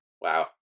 Wow